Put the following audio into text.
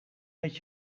met